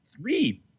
three